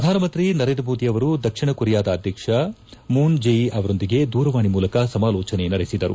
ಪ್ರಧಾನಮಂತ್ರಿ ನರೇಂದ್ರ ಮೋದಿ ಅವರು ದಕ್ಷಿಣ ಕೊರಿಯಾದ ಅಧ್ಯಕ್ಷ ಮೂನ್ ಜೆಯಿ ಅವರೊಂದಿಗೆ ದೂರವಾಣಿ ಮೂಲಕ ಸಮಾಲೋಚನೆ ನಡೆಸಿದರು